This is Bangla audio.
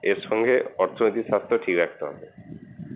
এর সঙ্গে অর্থনৈতিক স্বাস্থ্য ঠিক রাখতে হবে